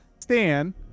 stan